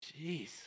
Jeez